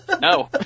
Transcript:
No